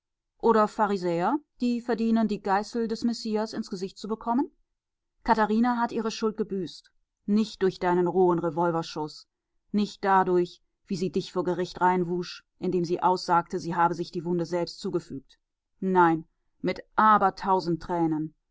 oder pharisäer die verdienen die geißel des messias ins gesicht zu bekommen katharina hat ihre schuld gebüßt nicht durch deinen rohen revolverschuß nicht dadurch wie sie dich vor gericht reinwusch indem sie aussagte sie habe sich die wunde selbst zugefügt nein mit aber tausend tränen